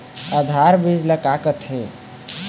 आधार बीज का ला कथें?